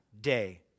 day